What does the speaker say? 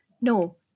No